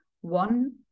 one